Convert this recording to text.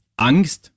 Angst